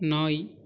நாய்